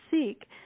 seek